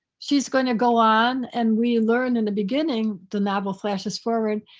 she's going to go on and we learned in the beginning, the novel flashes forward,